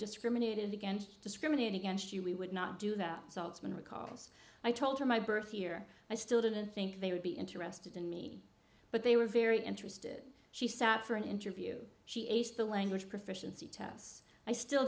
discriminated against discriminate against you we would not do that saltsman recalls i told her my birth year i still didn't think they would be interested in me but they were very interested she sat for an interview she aced the language proficiency tests i still